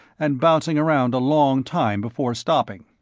and bounced around a long time before stopping.